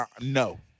no